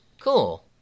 Cool